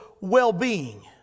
well-being